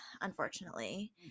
unfortunately